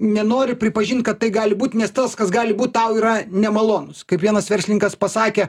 nenori pripažint kad tai gali būt nes tas kas gali būt tau yra nemalonus kaip vienas verslininkas pasakė